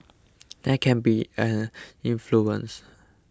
there can be an influence